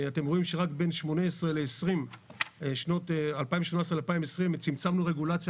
אתם רואים שרק בין 2018 ל-2020 צמצמנו רגולציה